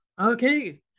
okay